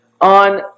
On